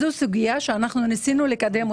זו סוגיה שאנחנו ניסינו לקדם.